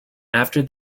after